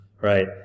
right